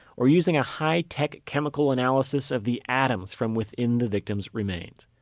or using a high-tech chemical analysis of the atoms from within the victims remains